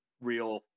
real